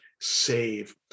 save